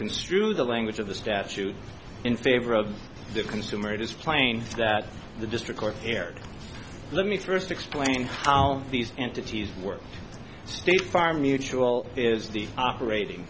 construe the language of the statute in favor of the consumer it is plain that the district court here let me first explain how these entities work state farm mutual is the operating